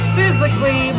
Physically